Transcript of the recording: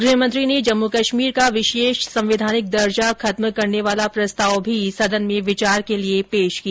गृह मंत्री ने जम्मू कश्मीर का विशेष संवैधानिक दर्जा खत्म करने वाला प्रस्ताव भी सदन में विचार के लिये पेश किया